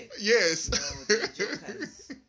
Yes